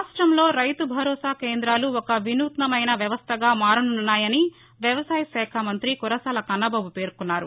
రాష్టంలో రైతు భరోసా కేంద్రాలు ఒక విప్లవాత్మకమైన వ్యవస్థగా మారనున్నాయని వ్యవసాయ శాఖ మంత్రి కురసాల కన్నబాబు పేర్కొన్నారు